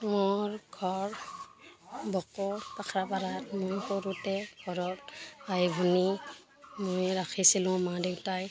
মোৰ ঘৰ বকো পাখাৰ পাৰাত মই সৰুতে ঘৰত ভাই ভনী ময়ে ৰাখিছিলোঁ মা দেউতাই